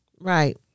right